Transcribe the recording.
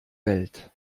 welt